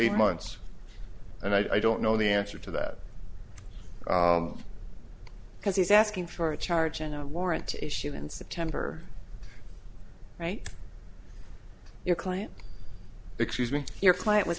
eight months and i don't know the answer to that because he's asking for a charge and warrant issue in september right your client excuse me your client was